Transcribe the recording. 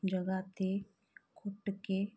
ਜਗ੍ਹਾ 'ਤੇ ਘੁੱਟ ਕੇ